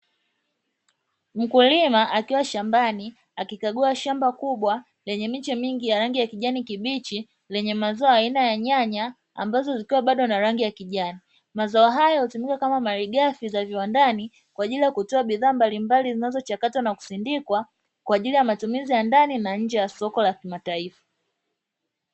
Mkulima akiwa shambani akikagua shamba kubwa lenye miche mingi ya rangi ya kijani kibichi lenye mazao aina ya nyanya ambazo zikiwa bado na rangi ya kijani. Mazao hayo hutumika kama malighafi za viwandani kwa ajili ya kutoa bidhaa mbalimbali zinazochakatwa na kusindikwa kwa ajili ya matumizi ya ndani na nje ya soko la kimataifa.